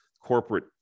Corporate